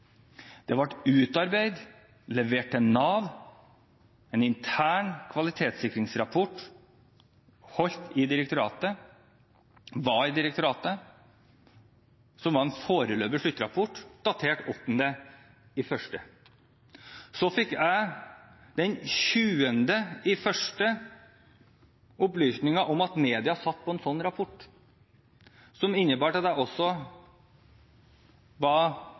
Det ble utarbeidet og levert til Nav en intern kvalitetssikringsrapport fra direktoratet, som var en foreløpig sluttrapport datert 8. januar. Den 20. januar fikk jeg opplysninger om at media satt på en slik rapport, noe som innebar at